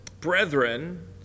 Brethren